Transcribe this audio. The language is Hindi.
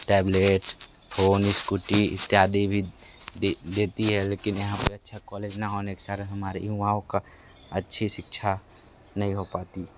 टैबलेट फ़ोन इस्कूटी इत्यादि भी देती है लेकिन यहाँ पर अच्छा कॉलेज ना होने के कारण युवाओं की अच्छी शिक्षा नहीं हो पाती